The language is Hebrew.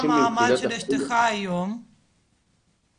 מה המעמד של אשתך היום בארץ?